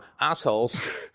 assholes